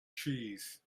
cheese